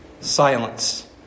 Silence